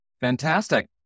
Fantastic